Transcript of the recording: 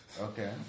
Okay